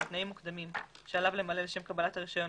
על תנאים מוקדמים שעליו למלא לשם קבלת הרישיון,